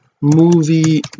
movie